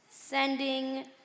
Sending